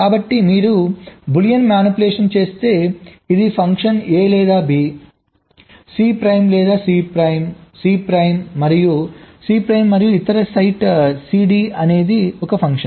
కాబట్టి మీరు Boolean manipulations చేస్తే ఇది ఫంక్షన్ A లేదా B C ప్రైమ్ మరియు Cప్రైమ్ మరియు ఇతర సైట్ CD అనేది ఒక ఫంక్షన్